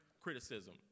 criticism